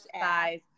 size